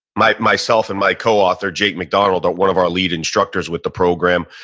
my myself and my coauthor jake mcdonald, one of our lead instructors with the program.